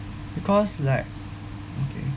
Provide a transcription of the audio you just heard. because like okay